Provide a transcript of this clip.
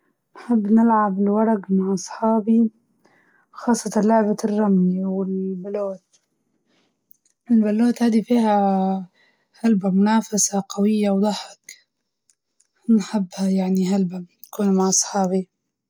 تحب تلعب ب البلايستيشن، ديما يصير في ضحك، وحماس مع الأصدقاء والصحاب الرفقة ، خلاص البلاي ستيشن نحب فيه لعبة الدرايف و لعبة الولد في المدرسة، ولعبة المصارعة والكورة، يمشي الوقت.